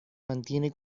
mantiene